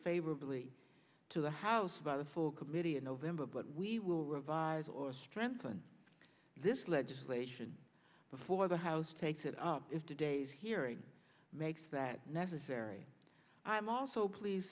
favorably to the house by the full committee in november but we will revise or strengthen this legislation before the house takes it up is today's hearing makes that necessary i'm also please